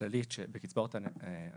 הכללית בקצבאות הנכים,